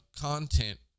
content